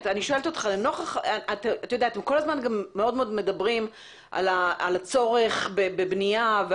אתם כל הזמן מאוד מדברים על הצורך בבנייה.